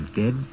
dead